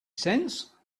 cents